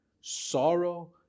sorrow